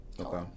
Okay